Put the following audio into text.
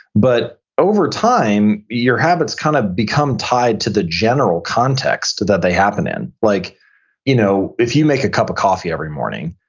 but over time, your habits kind of become tied to the general context that they happen in like you know if you make a cup of coffee every morning,